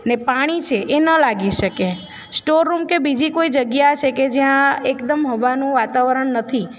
ને પાણી છે એ ન લાગી શકે સ્ટોર રૂમ કે બીજી કોઈ જગ્યા છેકે જ્યાં એકદમ હવાનું વાતાવરણ નથી